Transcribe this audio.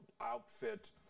outfit